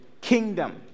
kingdom